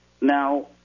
Now